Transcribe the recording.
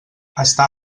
està